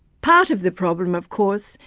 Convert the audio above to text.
part of the problem, of course,